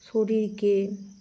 শরীরকে